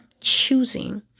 choosing